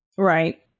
Right